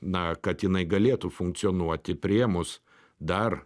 na kad jinai galėtų funkcionuoti priėmus dar